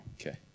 Okay